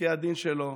בפסקי הדין שלו